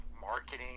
marketing